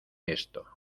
esto